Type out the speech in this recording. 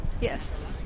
Yes